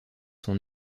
sont